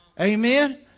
Amen